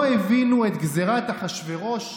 לא הבינו את גזרת אחשוורוש,